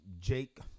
Jake